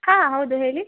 ಹಾಂ ಹೌದು ಹೇಳಿ